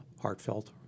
heartfelt